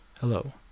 Hello